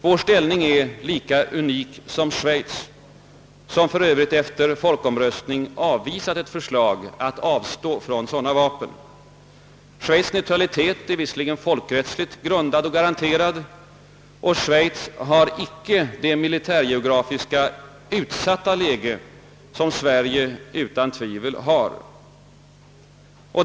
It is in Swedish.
Vår inställning är lika unik som Schweiz som för övrigt efter folkomröstning avvisat ett förslag att avstå från sådana vapen trots att Schweiz” neutralitet är folkrättsligt grundad och garanterad och trots att Schweiz icke har det militärgeografiskt utsatta läge som vårt land alldeles otvivelaktigt har.